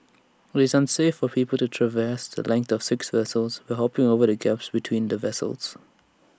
IT is unsafe for people to traverse the length of six vessels by hopping over the gaps between the vessels